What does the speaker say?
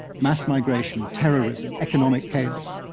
mass migration, terrorism, economic chaos,